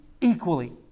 equally